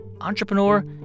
entrepreneur